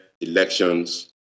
elections